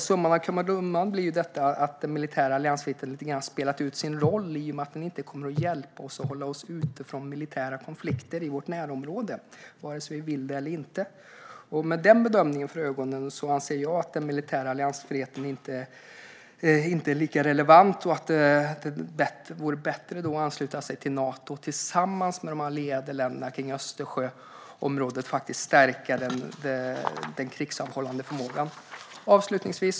Summan av kardemumman blir att den militära alliansfriheten lite grann har spelat ut sin roll i och med att den inte kommer att hjälpa oss att hålla oss utanför militära konflikter i vårt närområde, vare sig vi vill det eller inte. Med en sådan bedömning för ögonen anser jag att den militära alliansfriheten inte är lika relevant och att det vore bättre att ansluta sig till Nato och att tillsammans med de allierade länderna kring Östersjöområdet stärka den krigsavhållande förmågan.